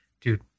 dude